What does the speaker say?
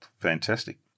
Fantastic